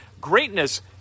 greatness